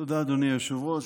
תודה, אדוני היושב-ראש.